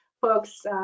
folks